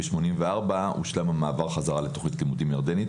בשנת 1984 הושלם המעבר חזרה לתוכנית לימודים ירדנית.